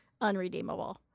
unredeemable